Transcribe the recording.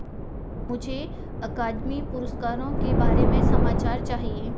मुझे अकादमी पुरस्कारों के बारे में समाचार चाहिए